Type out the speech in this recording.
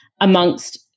amongst